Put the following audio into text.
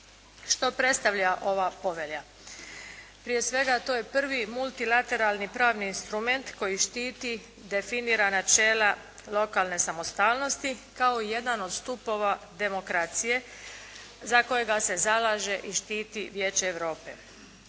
Što predstavlja ova Povelja? Prije svega to je prvi multilateralni pravni instrument, koji štiti, definira načela lokalne samostalnosti kao i jedan od stupova demokracije za kojega se zalaže i štiti Vijeće Europe.